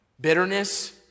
Bitterness